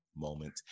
moment